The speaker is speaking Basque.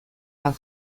bat